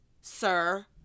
sir